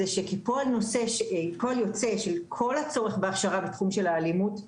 זה שכפועל יוצא של כל הצורך בהכשרה בתחום של האלימות,